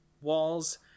walls